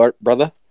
brother